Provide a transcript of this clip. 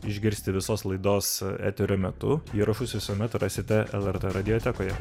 išgirsti visos laidos eterio metu įrašus visuomet rasite lrt radiotekoje